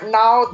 now